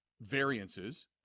variances